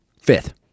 Fifth